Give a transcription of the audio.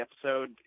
episode